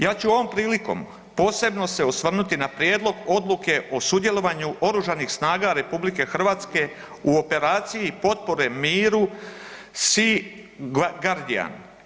Ja ću ovom prilikom posebno se osvrnuti na prijedlog odluke o sudjelovanju oružanih snaga RH u Operaciji potpore miru SEA GUARDIAN.